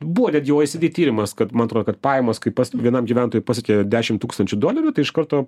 buvo netgi labai seniai tyrimas kad man atrodo kad pajamos kaip vienam gyventojui pasiekė dešim tūkstančių dolerių tai iš karto